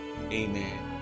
amen